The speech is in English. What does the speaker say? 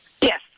Yes